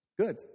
Good